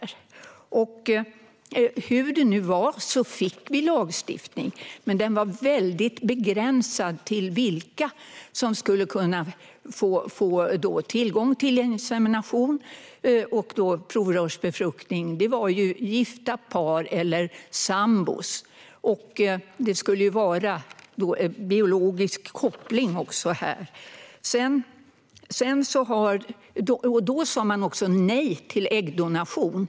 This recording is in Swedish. Vi fick hur som helst en lagstiftning, men den var väldigt begränsad till vilka som skulle kunna få tillgång till insemination och provrörsbefruktning. Det handlade om gifta par eller sambor. Det skulle också finnas en biologisk koppling. Vid detta tillfälle sa man även nej till äggdonation.